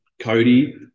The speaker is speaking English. Cody